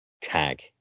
tag